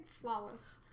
Flawless